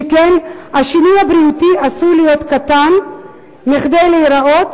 שכן השינוי הבריאותי עשוי להיות קטן מכדי להיראות,